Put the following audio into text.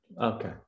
okay